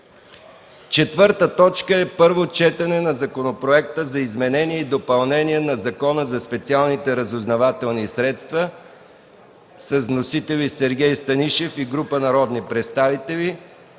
време. 4. Първо четене на Законопроекта за изменение и допълнение на Закона за специалните разузнавателни средства. Вносители – Сергей Станишев и група народни представители,